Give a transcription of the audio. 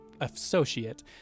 associate